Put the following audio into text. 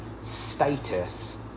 status